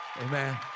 Amen